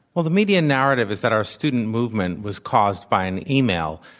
well, the media narrative is that our student movement was caused by an email.